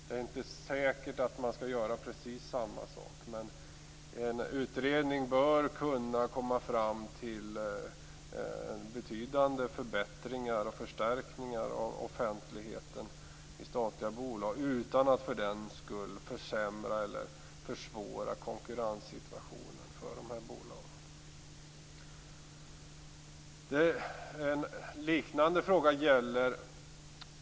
Det är inte säkert att man skall göra precis samma sak. Men en utredning bör kunna komma fram till betydande förbättringar och förstärkningar av offentligheten i statliga bolag utan att för den skull försämra eller försvåra konkurrenssituationen för dessa bolag.